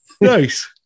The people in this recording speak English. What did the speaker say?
Nice